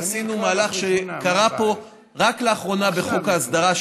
עשינו מהלך שקרה פה רק לאחרונה בחוק ההסדרה,